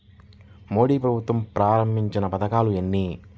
మోదీ ప్రభుత్వం ప్రారంభించిన పథకాలు ఎన్ని?